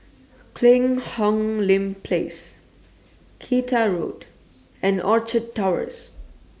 Cheang Hong Lim Place Kinta Road and Orchard Towers